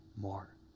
more